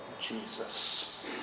Jesus